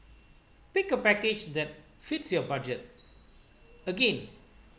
pick a package that fits your budget again